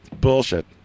bullshit